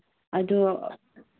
ꯑꯗꯨ